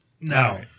No